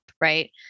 Right